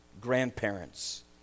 grandparents